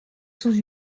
sous